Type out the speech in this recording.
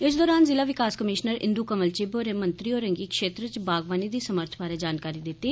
इस दौरान ज़िला विकास कमीशनर इंद् कंवल चिब होरें मंत्री होरें गी क्षेत्र च बागवानी दी समर्थ बारै जानकारी दिती